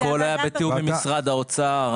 הכול היה בתיאום עם משרד האוצר.